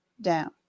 down